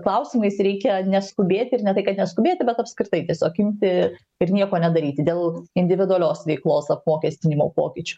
klausimais reikia neskubėti ir ne tai kad neskubėti bet apskritai tiesiog imti ir nieko nedaryti dėl individualios veiklos apmokestinimo pokyčių